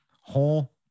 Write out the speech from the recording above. Whole